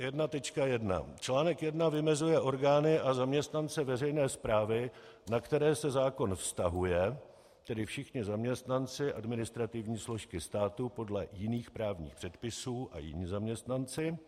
1.1 Článek 1 vymezuje orgány a zaměstnance veřejné správy, na které se zákon vztahuje, tedy všichni zaměstnanci administrativní složky státu podle jiných právních předpisů a jiní zaměstnanci.